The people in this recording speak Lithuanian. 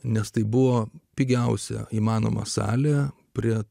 nes tai buvo pigiausia įmanoma salę prie